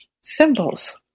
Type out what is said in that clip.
symbols